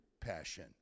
passion